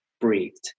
breathed